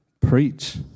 Preach